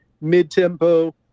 mid-tempo